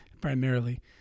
primarily